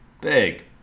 big